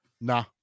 nah